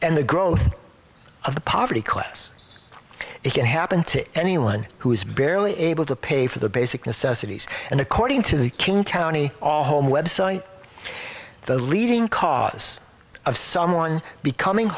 and the growth of the poverty class it can happen to anyone who is barely able to pay for the basic necessities and according to the king county all home website the leading cause of someone becoming